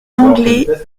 lenglet